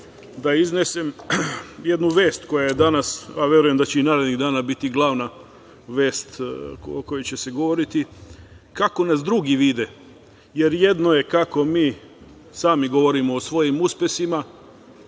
da iznesem jednu vest koja je danas, a verujem da će i narednih dana biti glavna vest o kojoj će se govoriti, kako nas drugi vide, jer jedno je kako mi sami govorimo o svojim uspesima,